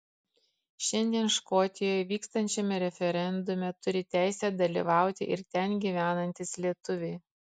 šiandien škotijoje vykstančiame referendume turi teisę dalyvauti ir ten gyvenantys lietuviai